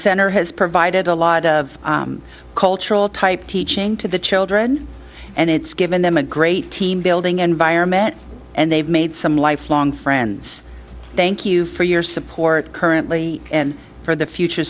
center has provided a lot of cultural type teaching to the children and it's given them a great team building and vironment and they've made some lifelong friends thank you for your support currently and for the future